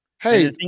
Hey